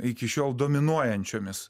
iki šiol dominuojančiomis